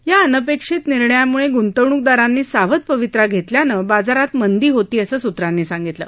या अनपेक्षित निर्णयामुळे ग्रंतवणूकदारांनी सावध पवित्रा घेतल्यानं बाजारात मंदी होती असं सूत्रांनी सांगितलं